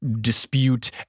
dispute